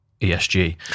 ESG